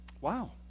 Wow